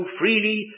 freely